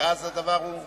שאז הדבר הוא,